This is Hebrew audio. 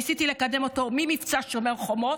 ניסיתי לקדם אותו ממבצע שומר חומות,